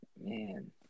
Man